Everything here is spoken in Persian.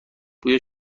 بوی